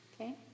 Okay